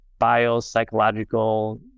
biopsychological